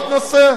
נושא?